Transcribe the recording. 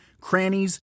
crannies